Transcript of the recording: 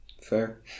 Fair